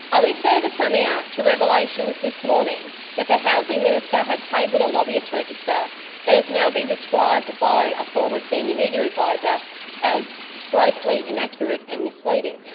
i refer the premier to revelations this morning that the housing minister had tabled a lobbyist register that has now been described by a former senior media adviser as grossly inaccurate and misleading.